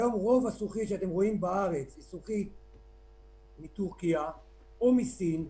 היום רוב הזכוכית שאתם רואים בארץ היא מטורקיה או מסין,